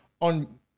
on